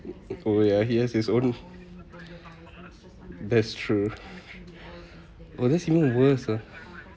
oh ya he has his own that's true oh that's even worse ah